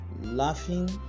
laughing